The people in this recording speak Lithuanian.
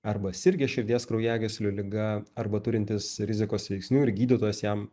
arba sirgę širdies kraujagyslių liga arba turintys rizikos veiksnių ir gydytojas jam